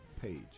page